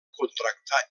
contractar